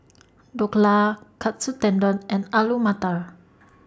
Dhokla Katsu Tendon and Alu Matar